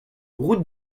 route